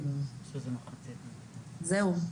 זהו.